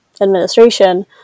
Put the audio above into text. administration